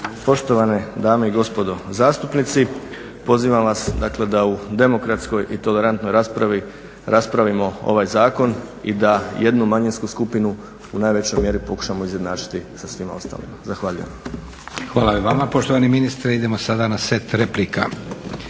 Poštovane dame i gospodo zastupnici, pozivam vas dakle da u demokratskoj i tolerantnoj raspravi raspravimo ovaj zakon i da jednu manjinsku skupinu u najvećoj mjeri pokušamo izjednačiti sa svima ostalima. Zahvaljujem. **Leko, Josip (SDP)** Hvala i vama poštovani ministre. Idemo sada na set replika.